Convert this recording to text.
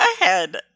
ahead